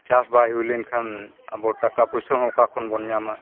ᱪᱟᱥ ᱵᱟᱭ ᱦᱩᱭ ᱞᱮᱱᱠᱷᱟᱱ ᱟᱵᱚ ᱴᱟᱠᱟ ᱯᱩᱭᱥᱟᱹ ᱦᱚᱸ ᱚᱠᱟ ᱠᱷᱚᱱ ᱵᱚᱱ ᱧᱟᱢᱟ